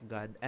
God